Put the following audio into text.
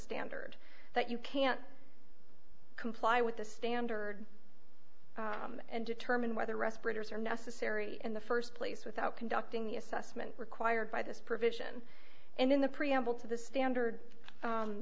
standard that you can't comply with the standard and determine whether respirators are necessary in the st place without conducting the assessment required by this provision and in the preamble to the standard